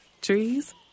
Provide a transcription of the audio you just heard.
Trees